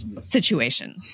situation